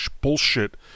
bullshit